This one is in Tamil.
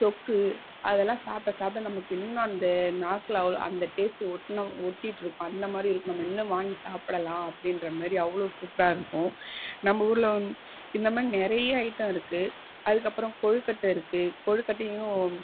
தொக்கு அதலாம் சாப்பிட சாப்பிட நமக்கு இன்னும் அந்த நாக்கில் அவ்வளோ அந்த டேஸ்ட் ஒட்டணும் ஒட்டிட்டுருக்கும் அந்த மாரி இருக்கும் இன்னும் வாங்கி சாப்பிடலாம் அப்படின்ற மாரி அவ்வளோ சூப்பராக இருக்கும் நம்ப ஊரில் இந்த மாரி நிறைய ஐட்டம் இருக்கு அதற்கப்பறம் கொழுக்கட்டை இருக்கு கொழுக்கட்டையும்